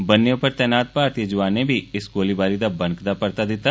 बन्ने उप्पर तैनात भारती जौआनें बी इस गोलबारी दा बनकदा परता दिता